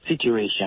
situation